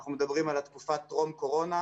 אנחנו מדברים על התקופה טרום קורונה,